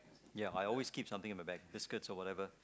ya I always keep something in my bag biscuits or whatever